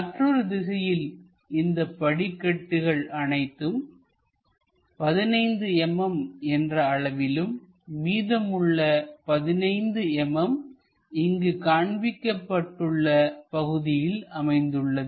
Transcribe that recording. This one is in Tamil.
மற்றொரு திசையில் இந்தப் படிக்கட்டுகள் அனைத்தும் 15 mm என்ற அளவிலும் மீதமுள்ள 15 mm இங்கு காண்பிக்கப்பட்டுள்ள பகுதியில் அமைந்துள்ளது